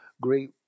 great